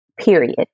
period